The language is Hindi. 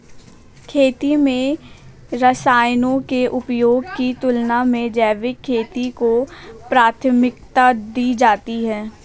खेती में रसायनों के उपयोग की तुलना में जैविक खेती को प्राथमिकता दी जाती है